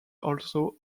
also